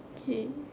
okay